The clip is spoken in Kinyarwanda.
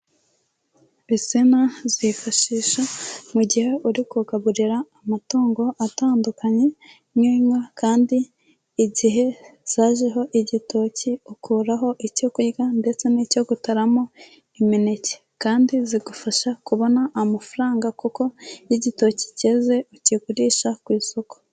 Insina uzifashisha mu gihe uri kugaburira amatungo atandukanye nk'inka, kandi igihe zajeho igitoki ukuraho icyo kurya ndetse n'icyo gutaramo imineke, kandi zigufasha kubona amafaranga kuko iyo igitoki cyeze ukigurisha ku isoko.